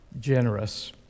generous